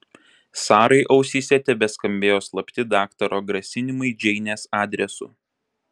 sarai ausyse tebeskambėjo slapti daktaro grasinimai džeinės adresu